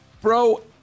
bro